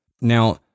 Now